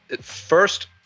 first-